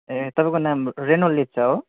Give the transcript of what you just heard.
ए तपाईँको नाम रेनोल लेप्चा हो